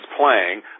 playing